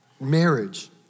marriage